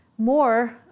more